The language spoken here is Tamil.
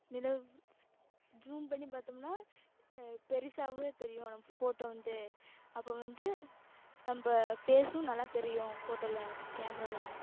நிலவு ஜூம் பண்ணி பார்த்தோம்னா பெருசாக தெரியும் நமக்கு ஃபோட்டோ வந்து அப்போ வந்து நம்ம ஃபேஸும் நல்லா தெரியும் ஃபோட்டோ வில் கேமராலாம்